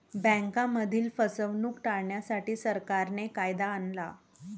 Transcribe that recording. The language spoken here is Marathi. बँकांमधील फसवणूक टाळण्यासाठी, सरकारने कायदा आणला